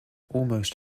almost